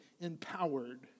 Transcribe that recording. empowered